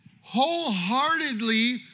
wholeheartedly